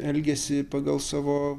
elgiasi pagal savo